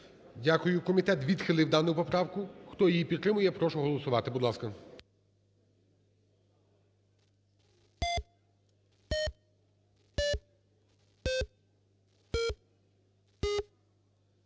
Дякую. Комітет відхилив дану поправку. Хто її підтримує, прошу голосувати.